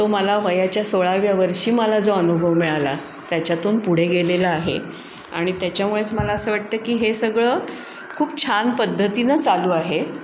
तो मला वयाच्या सोळाव्या वर्षी मला जो अनुभव मिळाला त्याच्यातून पुढे गेलेला आहे आणि त्याच्यामुळेच मला असं वाटतं की हे सगळं खूप छान पद्धतीनं चालू आहे